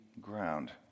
ground